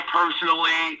personally